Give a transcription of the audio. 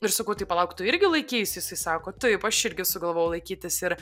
ir sakau tai palauk tu irgi laikeis jisai sako taip aš irgi sugalvojau laikytis ir